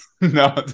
No